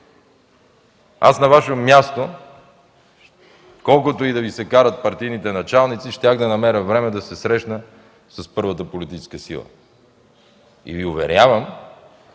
Аз на Ваше място, колкото и да Ви се карат партийните началници, щях да намеря време да се срещна с първата политическа сила. Уверявам